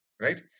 right